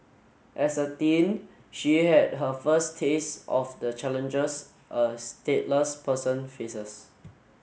as a teen she had her first taste of the challenges a stateless person faces